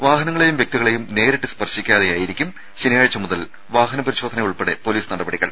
വാഹനങ്ങളെയും വ്യക്തികളെയും നേരിട്ട് സ്പർശിക്കാതെ ആയിരിക്കും ശനിയാഴ്ച മുതൽ വാഹന പരിശോധന ഉൾപ്പെടെ പോലീസ് നടപടികൾ